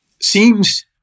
seems